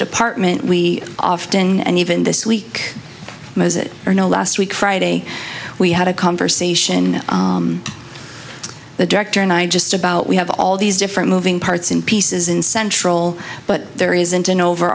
department we often and even this week most it or know last week friday we had a conversation the director and i just about we have all these different moving parts in pieces in central but there isn't an